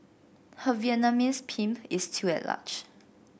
her Vietnamese pimp is still at large